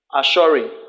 assuring